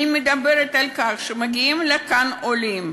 אני מדברת על כך שמגיעים לכאן עולים,